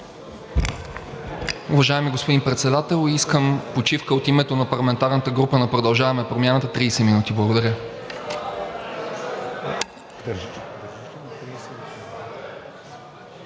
Уважаеми господин Председател, искам почивка от името на парламентарната група на „Продължаваме Промяната“ – 30 минути. Благодаря.